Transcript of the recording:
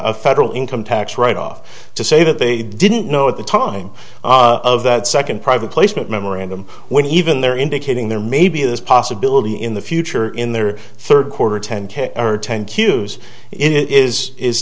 a federal income tax write off to say that they didn't know at the time of that second private placement memorandum when even they're indicating there may be this possibility in the future in their third quarter ten k or ten q s is is